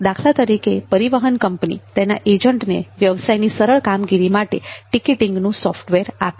દાખલા તરીકે પરિવહન કંપની તેના એજન્ટને વ્યવસાયની સરળ કામગીરી માટે ટિકિટીંગ નું સોફ્ટવેર આપે